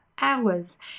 hours